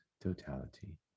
totality